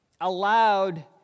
allowed